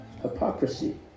hypocrisy